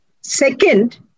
Second